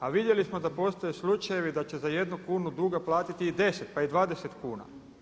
A vidjeli smo da postoje slučajevi da će za jednu kunu duga platiti i 10, pa i 20 kuna.